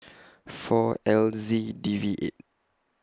four L Z D V eight